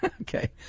Okay